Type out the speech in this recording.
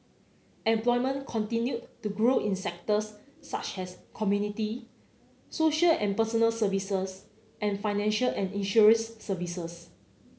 employment continued to grow in sectors such as community social and personal services and financial and insurance services